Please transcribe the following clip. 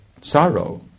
sorrow